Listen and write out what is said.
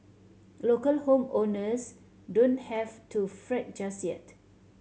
local home owners don't have to fret just yet